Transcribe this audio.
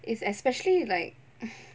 it's especially like